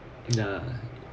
in a uh